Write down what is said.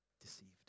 deceived